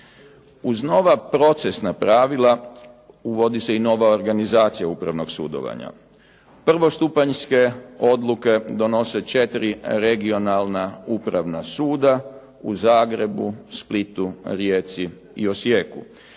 Uz nova procesna pravila uvodi se i nova organizacija upravnog sudovanja. Prvostupanjske odluke donose 4 regionalna upravna suda u Zagrebu, Splitu, Rijeci i Osijeku.